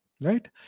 Right